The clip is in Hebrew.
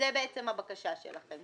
זאת בעצם הבקשה שלכם,